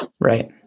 Right